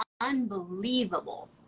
unbelievable